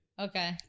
Okay